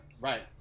Right